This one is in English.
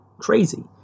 Crazy